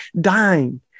dying